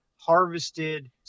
harvested